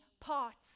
parts